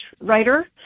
writer